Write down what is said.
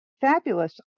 fabulous